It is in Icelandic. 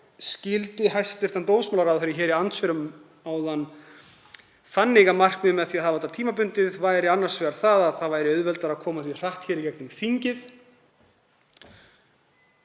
Ég skildi hæstv. dómsmálaráðherra í andsvörum áðan þannig að markmiðið með því að hafa þetta tímabundið væri annars vegar að það væri auðveldara að koma því hratt í gegnum þingið